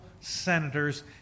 senators